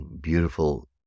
beautiful